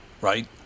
right